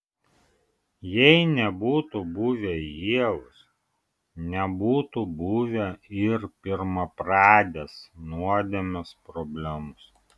jei nebūtų buvę ievos nebūtų buvę ir pirmapradės nuodėmės problemos